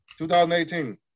2018